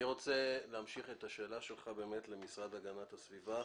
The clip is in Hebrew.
אני רוצה להמשיך את השאלה שלך למשרד להגנת הסביבה.